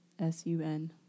S-U-N